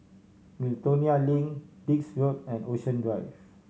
Miltonia Link Dix Road and Ocean Drive